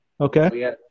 Okay